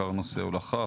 בעיקר נושא הולכה,